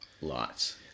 Lots